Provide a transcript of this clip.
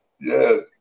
Yes